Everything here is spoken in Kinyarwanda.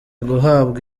guhabwa